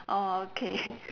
orh okay